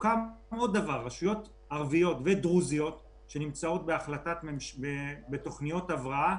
סוכם עוד דבר: רשויות ערביות ודרוזיות שנמצאות בתוכניות הבראה,